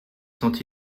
sont